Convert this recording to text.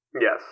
Yes